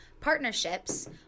partnerships